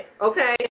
Okay